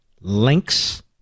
links